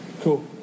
Cool